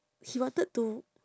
he wanted to